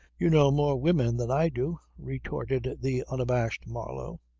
you know more women than i do, retorted the unabashed marlow.